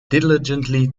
diligently